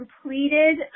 completed